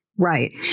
Right